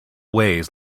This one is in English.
ways